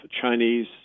Chinese